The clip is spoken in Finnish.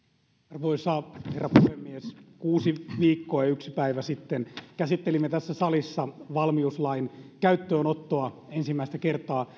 arvoisa herra puhemies kuusi viikkoa ja yksi päivä sitten käsittelimme tässä salissa valmiuslain käyttöönottoa ensimmäistä kertaa